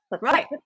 Right